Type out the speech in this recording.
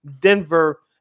Denver